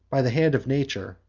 by the hand of nature,